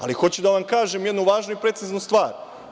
Ali, hoću da vam kažem jednu važnu i preciznu stvar.